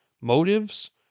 motives